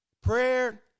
prayer